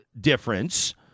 difference